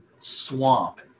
swamp